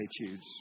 attitudes